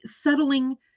settling